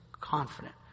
confident